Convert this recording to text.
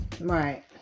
right